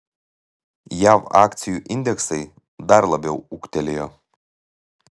jav akcijų indeksai dar labiau ūgtelėjo